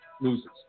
loses